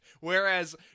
Whereas